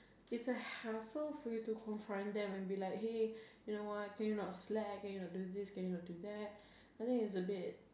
it's a hassle for you to confront them and be like hey you know can you not slack can you not do this can you not do that I think it's a bit